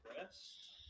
Rest